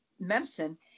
medicine